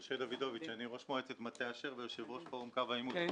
אני ראש מועצת מטה אשר ויושב-ראש פורום קו העימות.